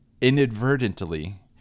inadvertently